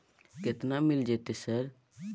केतना मिल जेतै सर?